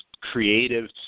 creative